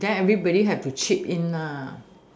then everybody have to chip in nah